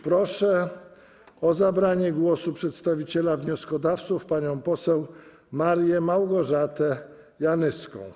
Proszę o zabranie głosu przedstawiciela wnioskodawców panią poseł Marię Małgorzatę Janyską.